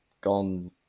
gone